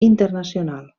internacional